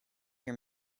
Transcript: your